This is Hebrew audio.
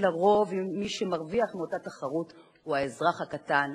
אנחנו שכחנו מה זה כחול-לבן בזמן האחרון.